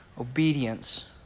obedience